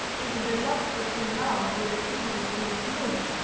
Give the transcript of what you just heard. either the locks were too large, or the key was too small,